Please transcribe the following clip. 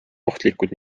ohtlikud